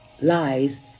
lies